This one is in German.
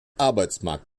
arbeitsmarkt